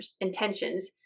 intentions